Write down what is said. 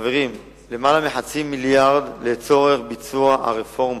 שקל לצורך ביצוע הרפורמה.